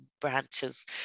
branches